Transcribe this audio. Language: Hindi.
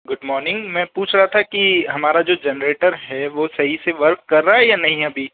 गुड मॉर्निंग मैं पूछ रहा था कि हमारा जो जनरेटर है वह सही से वर्क कर रहा है या नहीं अभी